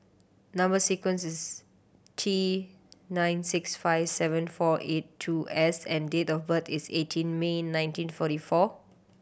number sequence is T nine six five seven four eight two S and date of birth is eighteen May nineteen forty four